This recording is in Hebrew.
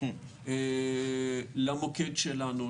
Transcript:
למוקד שלנו,